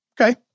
Okay